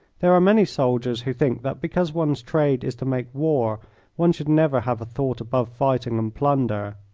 there are many soldiers who think that because one's trade is to make war one should never have a thought above fighting and plunder.